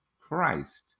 Christ